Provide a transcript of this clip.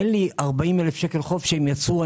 אין לי 40,000 ₪ לחוב שהם יצרו.